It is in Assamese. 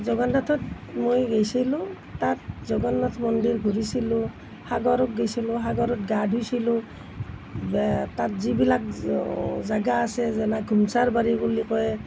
জগন্নাথত মই গৈছিলোঁ তাত জগন্নাথ মন্দিৰ ঘূৰিছিলোঁ সাগৰত গৈছিলোঁ সাগৰত গা ধুইছিলোঁ তাত যিবিলাক জেগা আছে যেনে ঘুমছাৰ বাৰী বুলি কয়